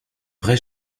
vrai